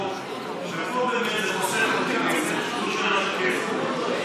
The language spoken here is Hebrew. אנחנו צריכים לשמור גם על בריאותם,